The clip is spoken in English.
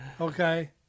okay